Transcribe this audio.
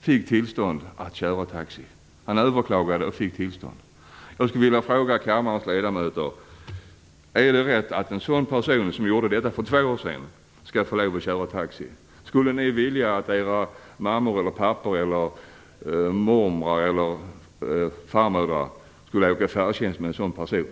fick tillstånd att köra taxi. Han överklagade och fick tillstånd. Jag skulle vilja fråga kammarens ledamöter: Är det rätt att en person som gjorde detta för två år sedan skall får köra taxi? Skulle ni vilja att era mammor eller pappor, mormödrar eller farmödrar skulle åka färdtjänst med en sådan person?